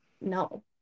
no